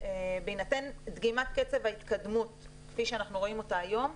בהינתן דגימת קצב ההתקדמות כפי שאנחנו רואים אותה היום,